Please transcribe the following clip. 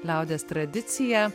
liaudies tradiciją